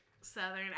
Southern